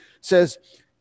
says